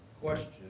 question